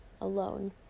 alone